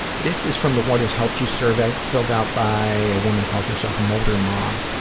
this is from the what has helped you survey, filled out by a woman who calls herself motor mom,